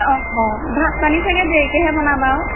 অঁ অঁ ভাত পানী চাগে দেৰিকেহে বনাবা আৰু